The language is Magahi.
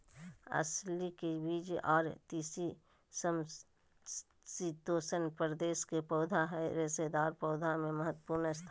अलसी के बीज आर तीसी समशितोष्ण प्रदेश के पौधा हई रेशेदार पौधा मे महत्वपूर्ण स्थान हई